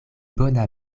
bona